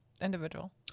individual